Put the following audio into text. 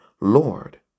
Lord